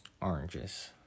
Oranges